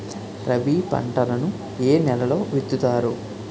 రబీ పంటలను ఏ నెలలో విత్తుతారు?